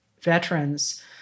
veterans